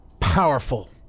powerful